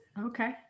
Okay